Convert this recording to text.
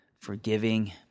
forgiving